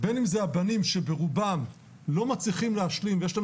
בין אם זה הבנים שברובם לא מצליחים להשלים ויש לנו